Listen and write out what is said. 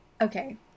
okay